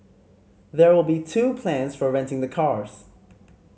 there will be two plans for renting the cars